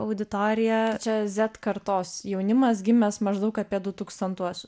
auditorija čia zed kartos kartos jaunimas gimęs maždaug apie du tūkstantuosius